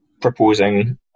proposing